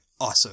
awesome